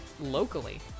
locally